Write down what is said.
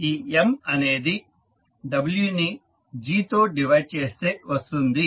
ఈ M అనేది w ని g తో డివైడ్ చేస్తే వస్తుంది